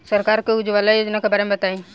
सरकार के उज्जवला योजना के बारे में बताईं?